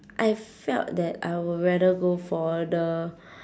I felt that I would rather go for the